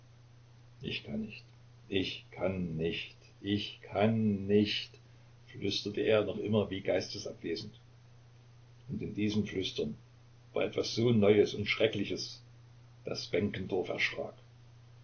ich kann nicht ich kann nicht ich kann nicht flüsterte er noch immer wie geistesabwesend und in diesem flüstern war etwas so neues und schreckliches daß benkendorf